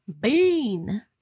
bean